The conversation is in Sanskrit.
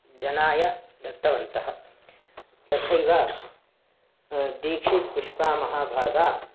जनाय दत्तवन्तः तथैव दीक्षितपुष्पामहाभागाः